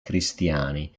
cristiani